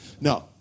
No